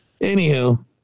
anywho